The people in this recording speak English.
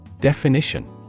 Definition